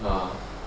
uh